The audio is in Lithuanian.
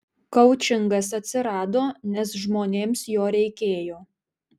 koučingas atsirado nes žmonėms jo reikėjo